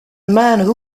man